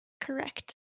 Correct